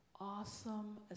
awesome